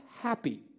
happy